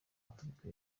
afurika